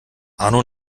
arno